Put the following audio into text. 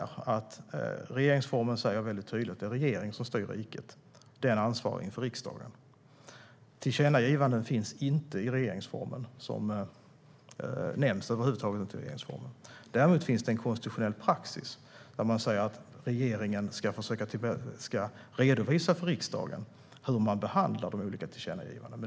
Regeringsformen säger tydligt att det är regeringen som styr riket. Den är ansvarig inför riksdagen. Tillkännagivanden finns inte i regeringsformen; de nämns över huvud taget inte i regeringsformen. Däremot finns en konstitutionell praxis som innebär att regeringen ska redovisa för riksdagen hur den behandlar de olika tillkännagivandena.